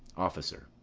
officer.